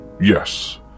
Yes